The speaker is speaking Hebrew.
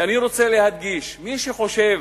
ואני רוצה להדגיש: מי שחושב